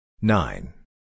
Nine